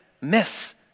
miss